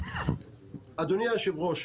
אדוני היו"ר,